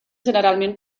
generalment